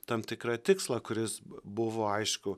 tam tikrą tikslą kuris buvo aišku